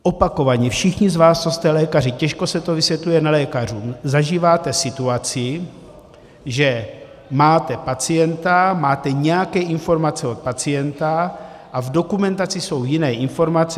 Opakovaně všichni z vás, co jste lékaři, těžko se to vysvětluje nelékařům, zažíváte situaci, že máte pacienta, máte nějaké informace od pacienta, a v dokumentaci jsou jiné informace.